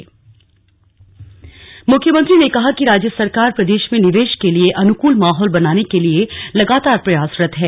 investors summit जारी मुख्यमंत्री ने कहा कि राज्य सरकार प्रदेश में निवेश के लिए अनुकूल माहौल बनाने के लिए लगातार प्रयासरत है